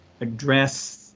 address